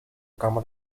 gamma